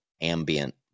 ambient